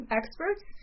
experts